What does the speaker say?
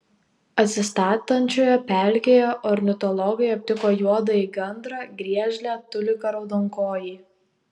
atsistatančioje pelkėje ornitologai aptiko juodąjį gandrą griežlę tuliką raudonkojį